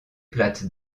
plate